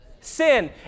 Sin